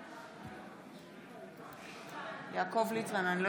נוכח באולם, אינו